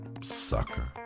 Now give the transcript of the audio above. Sucker